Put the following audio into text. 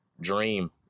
dream